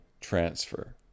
transfer